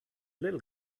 little